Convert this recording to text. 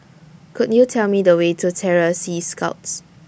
Could YOU Tell Me The Way to Terror Sea Scouts